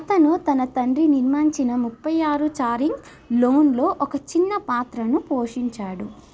అతను తన తండ్రి నిర్మించిన ముప్పై ఆరు చారింగ్ లోన్లో ఒక చిన్న పాత్రను పోషించాడు